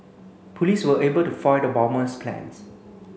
police were able to foil the bomber's plans